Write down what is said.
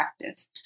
practice